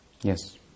Yes